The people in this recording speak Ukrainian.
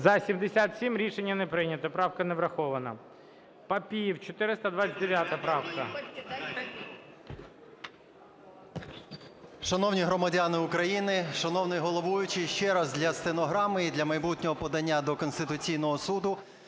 За-77 Рішення не прийнято. Правка не врахована. Папієв, 429 правка. 17:19:18 ПАПІЄВ М.М. Шановні громадяни України, шановний головуючий! Ще раз для стенограми і для майбутнього подання до Конституційного Суду.